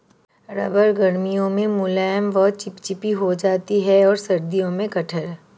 रबड़ गर्मियों में मुलायम व चिपचिपी हो जाती है और सर्दियों में कठोर